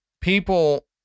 people